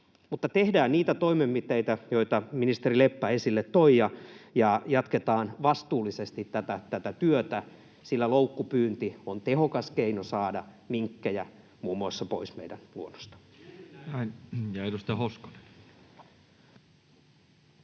tehdään niitä toimenpiteitä, joita ministeri Leppä esille toi, ja jatketaan vastuullisesti tätä työtä, sillä loukkupyynti on tehokas keino saada muun muassa minkkejä pois meidän luonnosta. [Tuomas Kettunen: